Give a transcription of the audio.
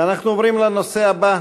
ואנחנו עוברים לנושא הבא: